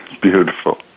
Beautiful